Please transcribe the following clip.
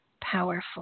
powerful